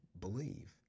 believe